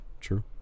True